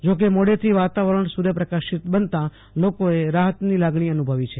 જો કે મોડેથી વાતાવરણ સૂર્ય પ્રકાશિત બનતા લોકોએ રાહતની લાગણી અનુભવી છે